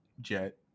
Jet